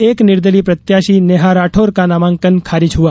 एक निर्दलीय प्रत्याशी नेहा राठौर का नामांकन खारिज हुआ